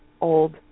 old